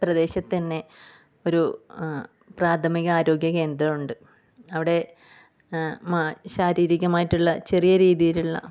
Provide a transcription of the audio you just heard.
പ്രദേശത്ത് തന്നെ ഒരു പ്രാഥമിക ആരോഗ്യകേന്ദ്രമുണ്ട് അവിടെ മ ശാരീരികമായിട്ടുള്ള ചെറിയ രീതിയിലുള്ള